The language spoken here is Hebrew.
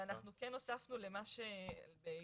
אנחנו כן הוספנו, להתייעצות,